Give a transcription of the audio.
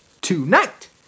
Tonight